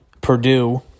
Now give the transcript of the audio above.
purdue